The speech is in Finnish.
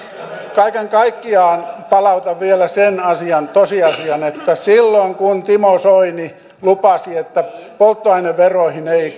kaiken kaikkiaan palautan vielä sen asian tosiasian että silloin kun timo soini lupasi että polttoaineveroihin ei